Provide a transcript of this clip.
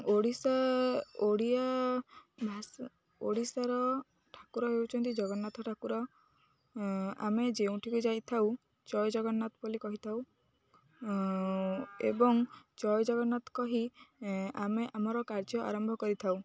ଓଡ଼ିଶା ଓଡ଼ିଆ ଭାଷା ଓଡ଼ିଶାର ଠାକୁର ହେଉଛନ୍ତି ଜଗନ୍ନାଥ ଠାକୁର ଆମେ ଯେଉଁଠିକି ଯାଇ ଥାଉ ଜୟ ଜଗନ୍ନାଥ ବୋଲି କହିଥାଉ ଏବଂ ଜୟ ଜଗନ୍ନାଥ କହି ଆମେ ଆମର କାର୍ଯ୍ୟ ଆରମ୍ଭ କରିଥାଉ